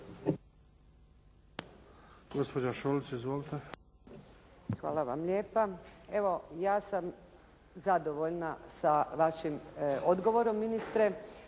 Hvala vam lijepa. Evo, ja sam zadovoljna sa vašim odgovorom ministre,